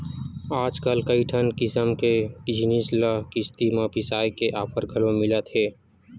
आजकल कइठन किसम के जिनिस ल किस्ती म बिसाए के ऑफर घलो मिलत हे